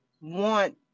want